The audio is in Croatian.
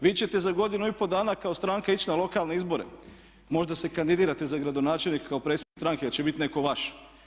Vi ćete za godinu i pol dana kao stranka ići na lokalne izbore, možda se kandidirate za gradonačelnika kao predsjednik stranke jer će biti netko vaš.